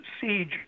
siege